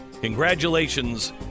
Congratulations